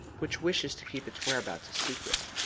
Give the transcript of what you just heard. which wishes to keep its whereabouts a secret.